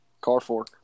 Carfork